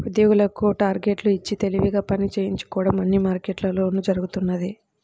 ఉద్యోగులకు టార్గెట్లు ఇచ్చి తెలివిగా పని చేయించుకోవడం అన్ని మార్కెట్లలోనూ జరుగుతున్నదే